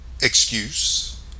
excuse